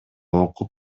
окуп